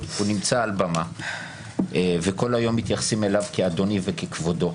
הוא נמצא על במה וכל היום מתייחסים אליו כאדוני וככבודו.